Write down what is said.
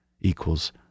equals